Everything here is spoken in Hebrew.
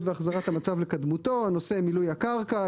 והחזרת המצב לקדמותו על נושא מילוי הקרקע,